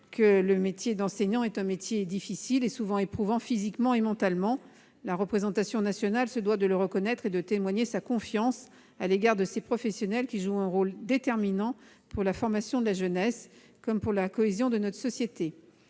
que le métier d'enseignant est difficile et souvent éprouvant physiquement et mentalement. La représentation nationale se doit de le reconnaître et de témoigner sa confiance à l'égard de ces professionnels, qui jouent un rôle déterminant pour la formation de la jeunesse comme pour la cohésion de notre société.